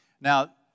Now